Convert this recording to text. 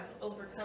overcome